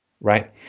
Right